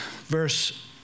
verse